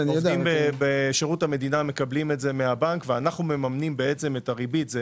עובדים בשירות המדינה מקבלים את זה מהבנק ואנחנו ממנים בעצם את הריבית.